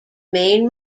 main